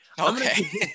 okay